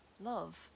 love